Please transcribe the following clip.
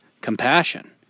compassion